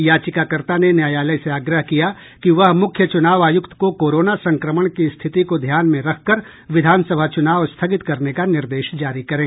याचिकाकर्ता ने न्यायालय से आग्रह किया कि वह मुख्य चुनाव आयुक्त को कोरोना संक्रमण की स्थिति को ध्यान में रखकर विधानसभा चुनाव स्थगित करने का निर्देश जारी करें